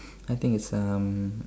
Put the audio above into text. I think it's um